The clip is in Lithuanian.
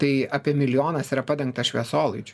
tai apie milijonas yra padengta šviesolaidžiu